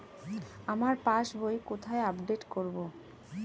আমার পাস বই কোথায় আপডেট করব?